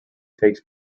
takes